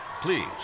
Please